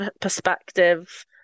perspective